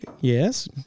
Yes